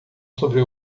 sobre